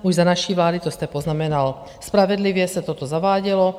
Už za naší vlády, to jste poznamenal spravedlivě, se toto zavádělo.